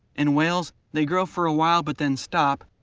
in whales, they grow for a while, but then stop,